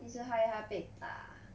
一直害他被打